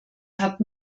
hat